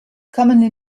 commonly